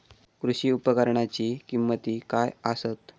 कृषी उपकरणाची किमती काय आसत?